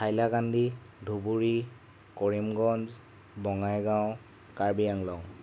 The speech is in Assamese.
হাইলাকান্দি ধুবুৰী কৰিমগঞ্জ বঙাইগাঁও কাৰ্বি আংলং